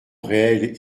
réelle